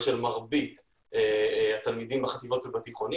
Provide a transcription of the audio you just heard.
החוויה היא של מרבית התלמידים בחטיבות ובתיכונים